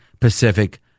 Pacific